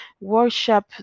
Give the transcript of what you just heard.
worship